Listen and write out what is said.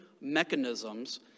mechanisms